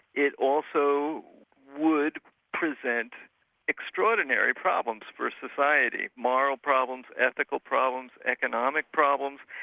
it also would present extraordinary problems for a society moral problems, ethical problems, economic problems,